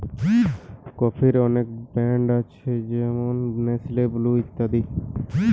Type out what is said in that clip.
কফির অনেক ব্র্যান্ড আছে যেমন নেসলে, ব্রু ইত্যাদি